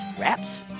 wraps